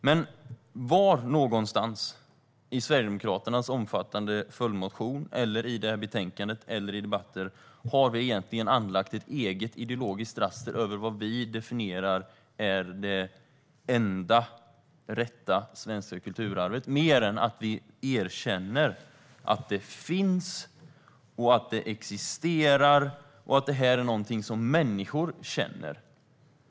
Men var någonstans i Sverigedemokraternas omfattande följdmotion, i betänkandet eller i debatter har vi egentligen anlagt ett eget ideologiskt raster över vad vi definierar som det enda rätta svenska kulturarvet mer än att vi erkänner att det finns och att det existerar och att detta är någonting som människor känner?